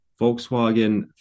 volkswagen